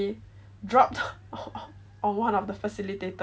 dropped on one of the facilitators